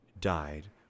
died